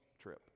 trip